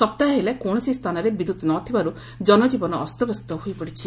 ସପ୍ତାହେ ହେଲା କୌଣସି ସ୍ଥନରେ ବିଦ୍ୟୁତ୍ ନଥିବାରୁ ଜନଜୀବନ ଅସ୍ତବ୍ୟସ୍ତ ହୋଇପଡ଼ିଛି